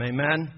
Amen